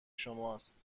شماست